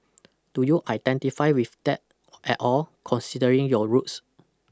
do you identify with that at all considering your roots